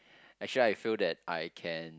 actually I feel that I can